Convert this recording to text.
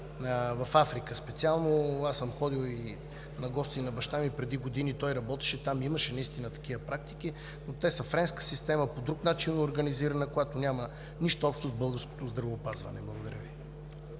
в Африка специално. Аз съм ходил на гости на баща ми – преди години той работеше там, имаше наистина такива практики, но те са френска система, по друг начин е организирана, която няма нищо общо с българското здравеопазване. Благодаря Ви.